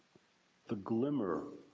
the glimmer.